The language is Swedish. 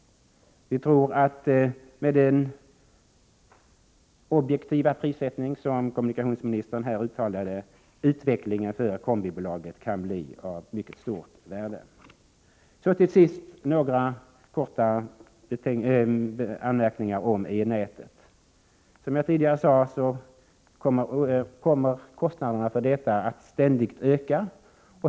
Med den objektiva syn på prissättningen som kommunikationsministern här redovisade tror vi att utvecklingen för kombibolaget kan bli av mycket stort värde. Till sist några korta anmärkningar om elnätet. Som jag tidigare sade kommer kostnaderna för det att ständigt öka.